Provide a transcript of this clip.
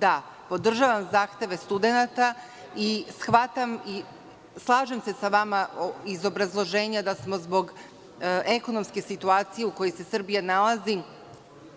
Da, podržavam zahteve studenata i slažem se sa vama, iz obrazloženja, da smo zbog ekonomske situacije u kojoj se Srbija nalazi